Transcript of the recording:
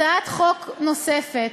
הצעת חוק נוספת,